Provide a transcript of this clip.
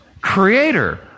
creator